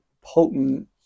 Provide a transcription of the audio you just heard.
potent